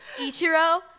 Ichiro